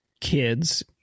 kids